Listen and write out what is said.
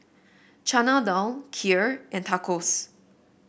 Chana Dal Kheer and Tacos